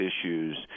issues